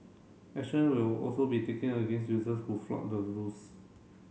action will also be taken against users who flout the rules